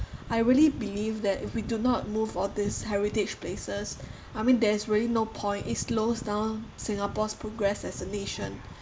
I really believe that if we do not move all this heritage places I mean there's really no point it slows down singapore's progress as a nation